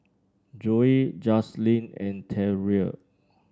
Zoe Jaslene and Terell